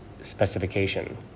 specification